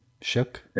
shook